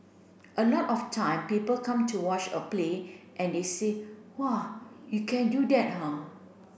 a lot of time people come to watch a play and they say whoa you can do that ah